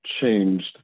changed